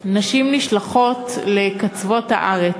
נשים נשלחות לקצוות הארץ.